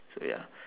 so ya